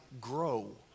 grow